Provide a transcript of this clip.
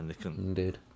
Indeed